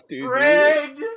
Greg